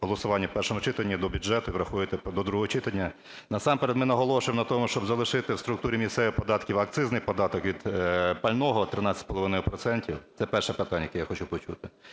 голосуванні в першому читанні до бюджету, врахуєте до другого читання. Насамперед ми наголошуємо на тому, щоб залишити в структурі місцевих податків акцизний податок від пального 13 з половиною процентів. Це перше питання, яке я хочу почути.